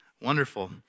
wonderful